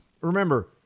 remember